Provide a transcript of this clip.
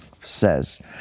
says